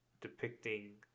depicting